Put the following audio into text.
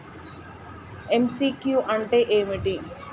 MCQ అంటే ఏమిటి?